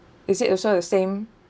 is it also the same